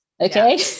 Okay